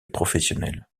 professionnels